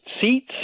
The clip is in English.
seats